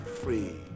free